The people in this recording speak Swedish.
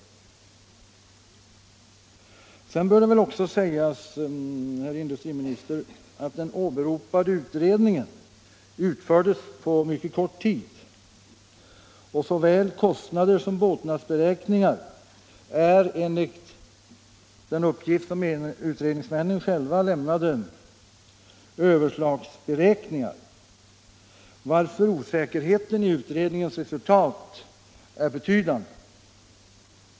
Sedan bör det väl också sägas, herr industriminister, att den åberopade utredningen utfördes på mycket kort tid och såväl kostnader som båtnadsberäkningar är enligt den uppgift som utredningsmännen själva lämnat överslagsberäkningar, varför osäkerheten i utredningsresultatet är betydande.